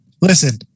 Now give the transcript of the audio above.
listen